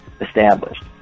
established